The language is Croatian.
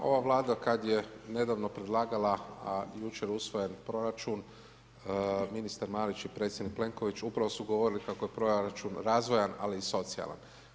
Hvala lijepo ova vlada, kada je nedavno predlagala a jučer usvojen proračun, ministar Marić i predsjednik Plenković, upravo su govorili kako je proračun razvojan ali i socijalan.